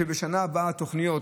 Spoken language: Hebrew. בשנה הבאה התוכניות,